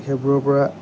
সেইবোৰৰ পৰা